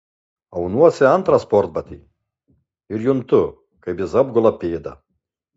aunuosi antrą sportbatį ir juntu kaip jis apgula pėdą